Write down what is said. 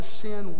sin